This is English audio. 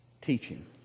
teaching